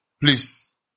please